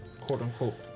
quote-unquote